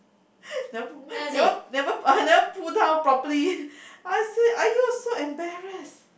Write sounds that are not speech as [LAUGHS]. [LAUGHS] never pull never never never pull down properly I say !aiyo! so embarrassed